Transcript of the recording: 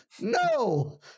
No